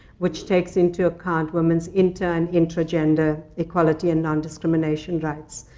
which takes into account women's inter and intra-gender equality and nondiscrimination rights.